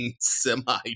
semi